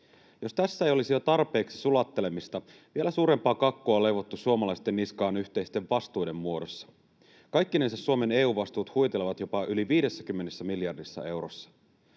Jos tässä ei olisi jo tarpeeksi sulattelemista, vielä suurempaa kakkua on leivottu suomalaisten niskaan yhteisten vastuiden muodossa. Kaikkinensa Suomen EU-vastuut huitelevat jopa yli 50 miljardissa eurossa.